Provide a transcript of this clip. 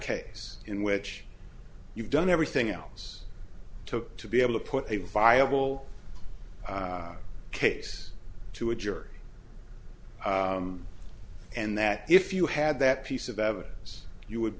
case in which you've done everything else took to be able to put a viable case to a jury and that if you had that piece of evidence you would